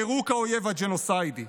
פירוק האויב הג'נוסיידי,